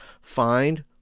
Find